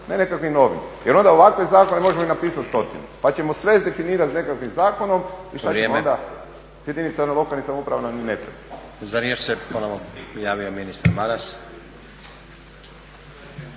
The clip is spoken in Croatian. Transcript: ne nekakvim novim. Jer onda ovakve zakone možemo ih napisati stotine pa ćemo sve definirati nekakvim zakonom i šta ćemo onda? Jedinice lokalnih samouprava nam ni ne treba. **Stazić, Nenad (SDP)** Za riječ se ponovno javio ministar Maras.